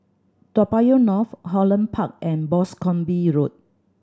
Toa Payoh North Holland Park and Boscombe Road